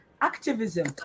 activism